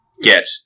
get